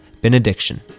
Benediction